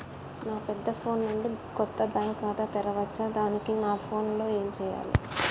నా పెద్ద ఫోన్ నుండి కొత్త బ్యాంక్ ఖాతా తెరవచ్చా? దానికి నా ఫోన్ లో ఏం చేయాలి?